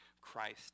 Christ